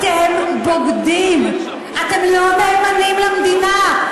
אתם בוגדים, אתם לא נאמנים למדינה.